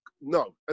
no